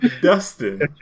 Dustin